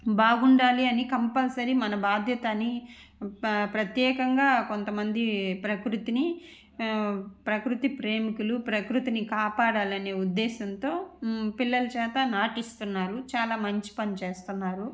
బాగుండాలి అని కంపల్సరీ మన బాధ్యతని ప్రత్యేకంగా కొంతమంది ప్రకృతిని ప్రకృతి ప్రేమికులు ప్రకృతిని కాపాడాలనే ఉద్దేశంతో పిల్లల చేత నాటిస్తున్నారు చాలా మంచి పని చేస్తున్నారు